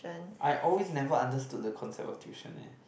I always never understood the concept of tuition eh